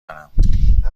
دارم